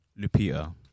Lupita